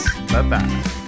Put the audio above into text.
Bye-bye